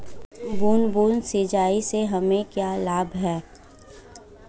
बूंद बूंद सिंचाई से हमें क्या लाभ है?